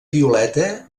violeta